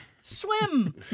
swim